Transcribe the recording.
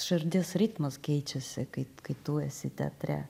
širdies ritmas keičiasi kai kai tu esi teatre